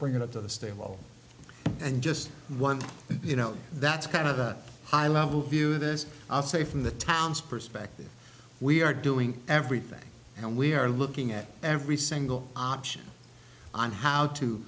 going to the stable and just one you know that's kind of a high level view this i'll say from the town's perspective we are doing everything and we are looking at every single option on how to